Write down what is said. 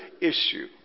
issue